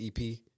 EP